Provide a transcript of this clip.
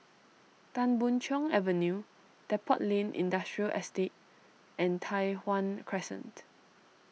Tan Boon Chong Avenue Depot Lane Industrial Estate and Tai Hwan Crescent